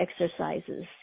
exercises